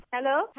Hello